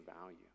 value